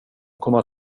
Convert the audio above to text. kommer